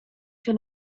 się